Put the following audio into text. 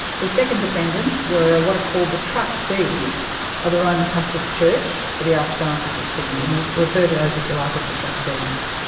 the second defendant were what called the trustees of the roman catholic church for the archdiocese of sydney, and we'll refer to those if you like as the trustees.